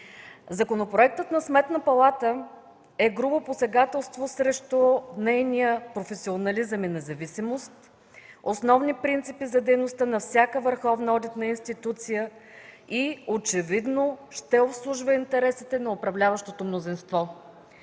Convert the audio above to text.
Законопроектът за Сметната палата е грубо посегателство срещу нейния професионализъм и независимост – основни принципи за дейността на всяка върховна одитна институция, и очевидно ще обслужва интересите на управляващото мнозинство.